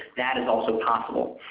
that is also possible.